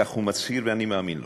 כך הוא מצהיר ואני מאמין לו.